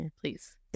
please